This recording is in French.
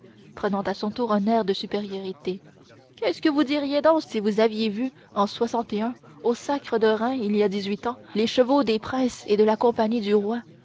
prenant à son tour un air de supériorité qu'est-ce que vous diriez donc si vous aviez vu en au sacre de reims il y a dix-huit ans les chevaux des princes et de la compagnie du roi